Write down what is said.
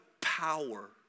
power